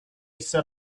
set